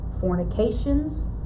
fornications